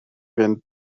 fynd